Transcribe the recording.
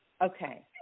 Okay